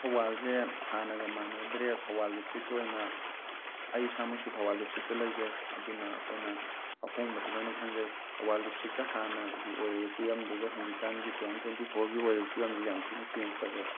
ꯊꯧꯕꯥꯜꯁꯦ ꯍꯥꯟꯅꯒ ꯃꯥꯟꯅꯗ꯭ꯔꯦ ꯊꯧꯕꯥꯜ ꯗꯤꯁꯇ꯭ꯔꯤꯛꯀꯤ ꯑꯣꯏꯅ ꯑꯩ ꯏꯁꯥꯃꯛꯁꯨ ꯊꯧꯕꯥꯜ ꯗꯤꯁꯇ꯭ꯔꯤꯛꯇ ꯂꯩꯖꯩ ꯑꯗꯨꯅ ꯑꯩꯈꯣꯏꯅ ꯑꯍꯣꯡꯕꯁꯤ ꯂꯣꯏꯅ ꯈꯪꯖꯩ ꯊꯧꯕꯥꯜ ꯗꯤꯁꯇ꯭ꯔꯤꯛꯇ ꯍꯥꯟꯅꯒꯤ ꯑꯣꯏꯔꯤꯕ ꯐꯤꯕꯝꯗꯨꯒ ꯍꯨꯖꯤꯛꯀꯥꯟꯒꯤ ꯇꯨ ꯊꯥꯎꯖꯟ ꯇ꯭ꯋꯦꯟꯇꯤ ꯐꯣꯔꯒꯤ ꯑꯣꯏꯔꯤꯕ ꯐꯤꯕꯝꯁꯤꯒ ꯌꯥꯝ ꯊꯤꯅ ꯆꯦꯟꯖ ꯇꯧꯈ꯭ꯔꯦ